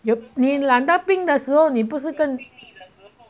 you need 懒到病的时候你不是更